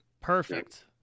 Perfect